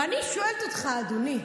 ואני באמת שואלת אותך, אדוני: